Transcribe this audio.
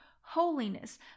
holiness